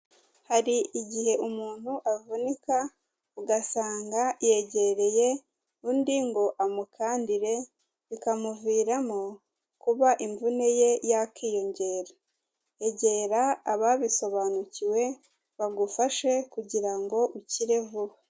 Hari igihe umuntu avunika, ugasanga yegereye undi ngo amukandire bikamuviramo kuba imvune ye yakiyongera, egera ababisobanukiwe bagufashe kugira ngo ukire vuba.